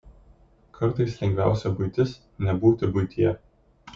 kartais lengviausia buitis nebūti buityje